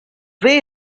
way